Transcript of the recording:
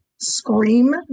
scream